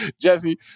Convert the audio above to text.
Jesse